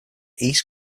east